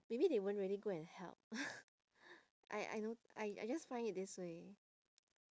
maybe they won't really go and help I I don't I I just find it this way